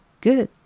good